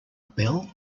bell